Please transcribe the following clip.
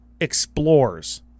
Explores